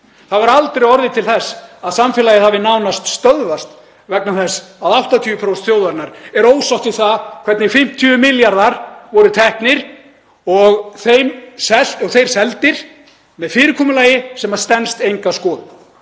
Það hefur aldrei orðið til þess að samfélagið hafi nánast stöðvast vegna þess að 80% þjóðarinnar eru ósátt við það hvernig 50 milljarðar voru teknir og þeir seldir með fyrirkomulagi sem stenst enga skoðun.